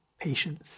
patience